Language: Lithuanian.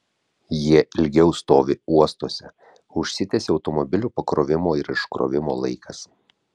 jie ilgiau stovi uostuose užsitęsia automobilių pakrovimo ir iškrovimo laikas